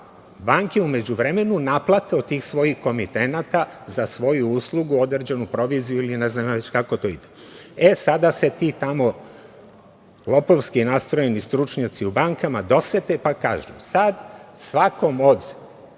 banke u međuvremenu naplate od tih svojih komitenata za svoju uslugu određenu proviziju ili ne znam kako to već ide. Sada se lopovski nastrojeni stručnjaci u bankama dosete pa kažu – sada svakom od